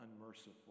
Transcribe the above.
unmerciful